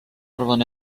arvan